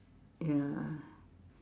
ya